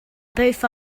both